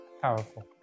Powerful